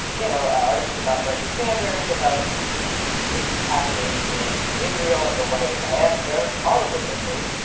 you know, articles about bernie sanders, about issues happening in israel and the wider diaspora, all of which are great,